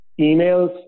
emails